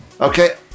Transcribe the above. okay